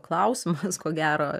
klausimas ko gero